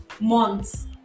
months